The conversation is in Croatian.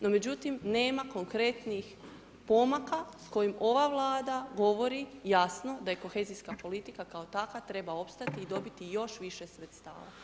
No, međutim nema konkretnih pomaka s kojim ova Vlada govori jasno da je kohezijska politika kao takva treba opstati i dobiti još više sredstava.